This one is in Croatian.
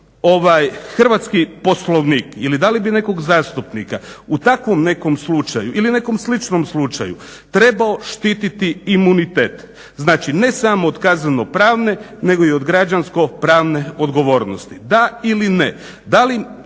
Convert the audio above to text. da li bi hrvatski Poslovnik ili da li bi nekog zastupnika u takvom nekom slučaju ili nekom sličnom slučaju trebao štititi imunitet, znači ne samo od kaznenopravne nego i od građansko-pravne odgovornosti. Da ili ne.